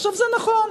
עכשיו, זה נכון,